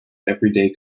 everyday